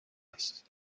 است